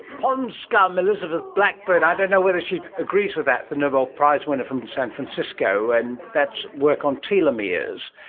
pond scum! elizabeth blackburn, ah don't know whether she agrees with that, the nobel prize winner from san francisco, and that's work on telomeres.